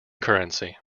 currency